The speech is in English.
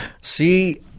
See